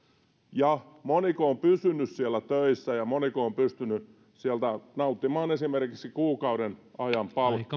ja moniko on pysynyt siellä töissä ja pystynyt sieltä nauttimaan esimerkiksi kuukauden ajan